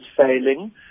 failing